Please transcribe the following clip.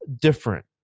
different